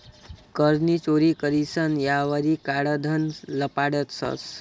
कर नी चोरी करीसन यापारी काळं धन लपाडतंस